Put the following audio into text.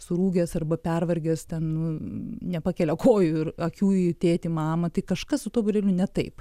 surūgęs arba pervargęs ten nu nepakelia kojų ir akių į tėtį mamą tai kažkas su tuo būreliu ne taip